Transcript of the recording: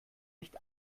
nicht